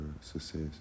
success